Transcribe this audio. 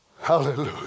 Hallelujah